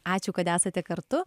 ačiū kad esate kartu